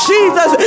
Jesus